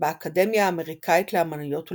באקדמיה האמריקאית לאמנויות ולמדעים.